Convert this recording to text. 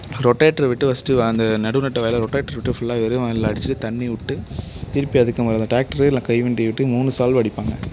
rotator விட்டு first அந்த நடவு நட்ட வயலை ரொடேட்டர் விட்டு ஃபுல்லாக வெறும் வயலில் அடித்துட்டு தண்ணி விட்டு திருப்பி அது மேலே ட்ராக்டரு இல்லை கைவண்டியை விட்டு மூணு சால்வ் அடிப்பாங்க